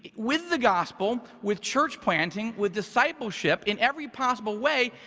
yeah with the gospel, with church planting, with discipleship in every possible way,